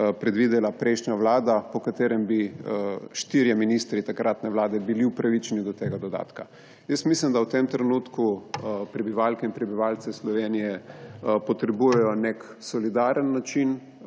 predvidela prejšnja vlada, po katerem bi štirje ministri takratne vlade bili upravičeni do tega dodatka. Jaz mislim, da v tem trenutku prebivalke in prebivalci Slovenije potrebujejo nek solidaren način